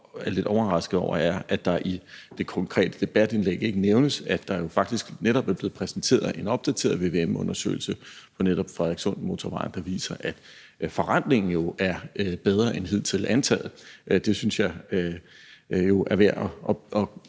lidt overrasket over, er, at der i det konkrete debatindlæg ikke nævnes, at der faktisk netop er blevet præsenteret en opdateret vvm-undersøgelse for netop Frederikssundsmotorvejen, der viser, at forrentningen jo er bedre end hidtil antaget. Det synes jeg også er værd at